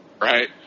right